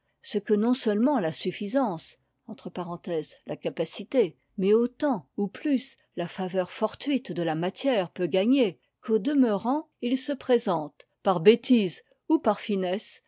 ce que non seulement la suffisance mais autant ou plus la faveur fortuite de la matière peut gagner qu'au demeurant il se présente par bêtise ou par finesse